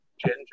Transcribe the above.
ginger